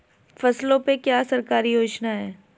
फसलों पे क्या सरकारी योजना है?